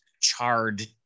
charred